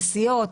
נסיעות,